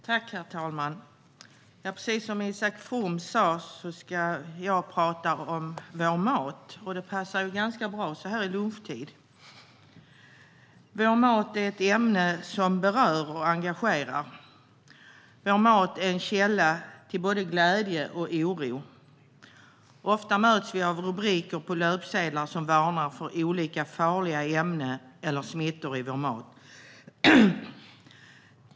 Herr talman! Precis som Isak From sa ska jag tala om vår mat. Det passar ju ganska bra så här vid lunchtid. Vår mat är ett ämne som berör och engagerar. Vår mat är en källa till både glädje och oro. Ofta möts vi av rubriker på löpsedlar som varnar för olika farliga ämnen eller smittor i vår mat.